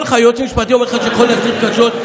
היועץ המשפטי אומר לך שיכול להשליך קשות,